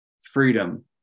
freedom